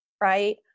right